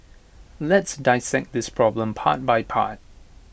let's dissect this problem part by part